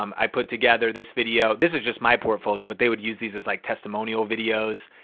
um i put together this video, this is just my portfolio, but they would use these as like testimonial videos.